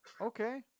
okay